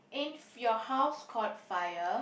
if your house caught fire